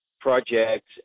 projects